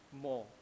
more